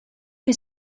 che